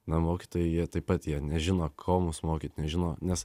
na mokytojai jie taip pat jie nežino ko mus mokyt nežino nes